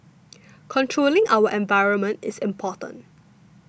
controlling our environment is important